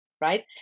right